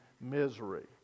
misery